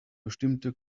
bestimmte